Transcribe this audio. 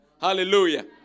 Hallelujah